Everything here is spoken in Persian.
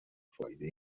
فایده